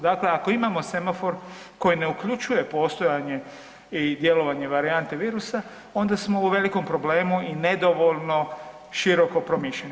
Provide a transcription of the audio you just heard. Dakle, ako imamo semafor koji ne uključuje postojanje i djelovanje varijante virusa, onda smo u velikom problemu i nedovoljno široko promišljeni.